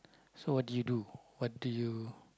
so what did you do what did you